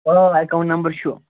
آ account number چھُ